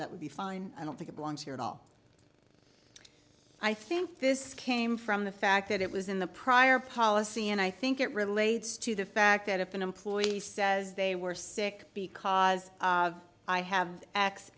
that would be fine i don't think it belongs here at all i think this came from the fact that it was in the prior policy and i think it relates to the fact that if an employee says they were sick because i have x